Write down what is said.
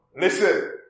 listen